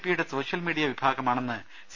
പിയുടെ സോഷ്യൽമീഡിയ വിഭാഗമാണെന്ന് സി